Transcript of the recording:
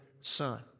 son